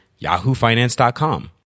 yahoofinance.com